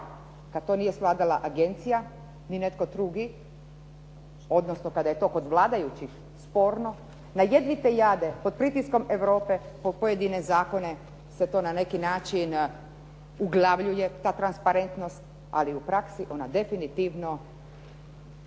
kad to nije svladala agencija ni netko drugi, odnosno kada je to kod vladajućih sporno, na jedvite jade pod pritiskom Europe po pojedine načine se to na neki način uglavljuje ta transparentnost, ali u praksi ona definitivno